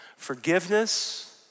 Forgiveness